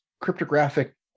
cryptographic